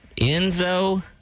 Enzo